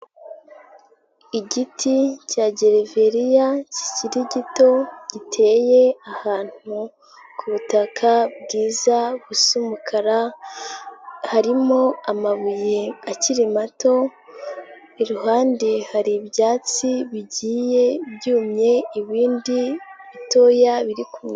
Igiti cya gereveriya, kikiri gito, giteye ahantu ku butaka bwiza, busa umukara, harimo amabuye akiri mato, iruhande hari ibyatsi bigiye byumye, ibindi bitoya biri kumera.